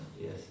Yes